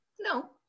no